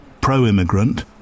pro-immigrant